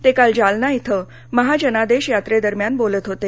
ते काल जालना इथं महाजनादेश यात्रेदरम्यान बोलत होते